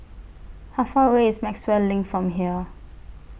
How Far away IS Maxwell LINK from here